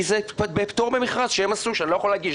כי זה בפטור ממכרז שהם עשו שאני לא יכול להגיש.